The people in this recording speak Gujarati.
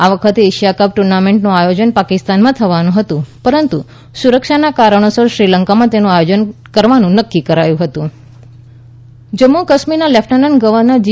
આ વખતે એશિયા કપ ટૂર્નામેન્ટનું આયોજન પાકિસ્તાનમાં થવાનું હતું પરંતુ સુરક્ષા કારણોસર શ્રીલંકામાં તેનું આયોજન કરવાનું નક્કી કરાયું હતું અમરનાથ યાત્રા જમ્મુ કાશ્મીરના લેફ્ટનન્ટ ગવર્નર જી